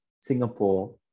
Singapore